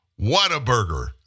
Whataburger